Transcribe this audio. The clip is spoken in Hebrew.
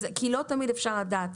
כי לא תמיד אפשר לדעת.